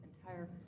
entire